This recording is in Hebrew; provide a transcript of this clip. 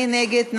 מי נגד?